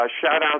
shout-out